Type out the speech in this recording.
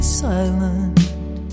silent